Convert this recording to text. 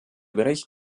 bericht